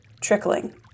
trickling